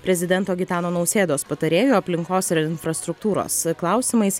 prezidento gitano nausėdos patarėju aplinkos ir infrastruktūros klausimais